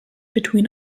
between